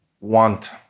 want